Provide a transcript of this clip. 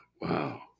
wow